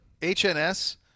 HNS